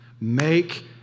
Make